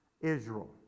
Israel